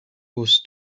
was